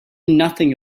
nothing